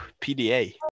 PDA